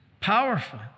Powerful